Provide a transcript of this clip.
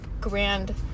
grand